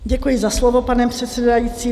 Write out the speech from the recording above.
Děkuji za slovo, pane předsedající.